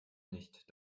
nicht